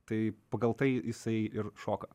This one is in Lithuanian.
tai pagal tai jisai ir šoka